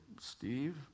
Steve